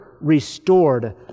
restored